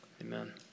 Amen